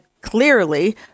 clearly